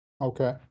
Okay